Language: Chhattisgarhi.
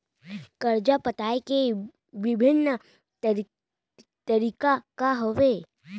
करजा पटाए के विभिन्न तरीका का हवे?